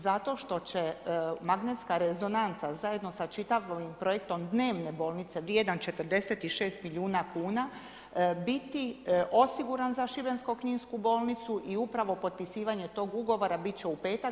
Zato što će magnetska rezonanca zajedno sa čitavim projektom dnevne bolnice vrijedan 46 milijuna kuna biti osiguran za Šibensko-kninsku bolnicu i upravo potpisivanje tog ugovora bit će u petak.